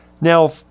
Now